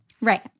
right